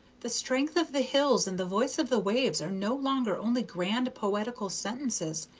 the strength of the hills and the voice of the waves are no longer only grand poetical sentences,